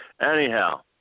Anyhow